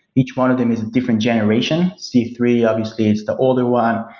each one of them is a different generation. c three obviously is the older one,